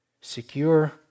Secure